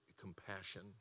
compassion